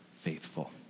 faithful